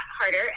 harder